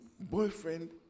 boyfriend